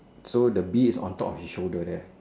so the bee is on top of his shoulder there